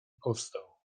powstał